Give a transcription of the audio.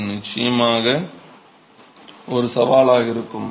இது நிச்சயமாக ஒரு சவாலாக இருக்கும்